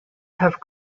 have